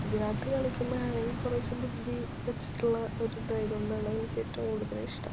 ഇതിനകത്ത് കളിക്കുമ്പോഴാണെങ്കിൽ കുറച്ച് ബുദ്ധി വച്ചിട്ടുള്ള ഒരു ഇതായത് കൊണ്ടാണ് എനിക്ക് ഏറ്റവും കൂടുതൽ ഇഷ്ടം